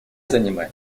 занимает